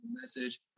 message